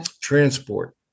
transport